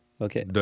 Okay